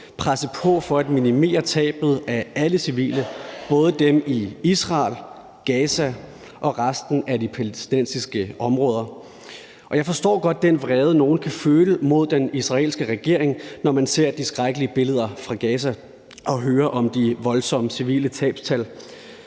presse på for at minimere tabet af alle civile, både dem i Israel, Gaza og resten af de palæstinensiske områder. Jeg forstår godt den vrede, nogle kan føle mod den israelske regering, når man ser de skrækkelige billeder fra Gaza og hører om de voldsomme civile tabstal,